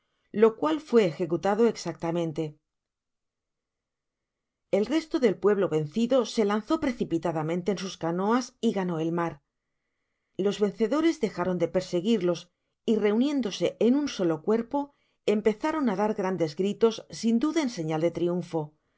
lo cual fué ejecutado exactamente el resto del pueblo vencido se lanzó precipitadamente en sus canoas y ganó el mar los vencedores dejaron de perseguirlos y reuniéndose en un solo'cuerpo empezaron á dar grandes gritos sin duda en señal de triunfo